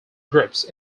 groups